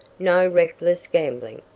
no reckless gambling.